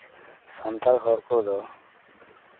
ᱥᱟᱱᱛᱟᱲ ᱦᱚᱲ ᱠᱚᱫᱚ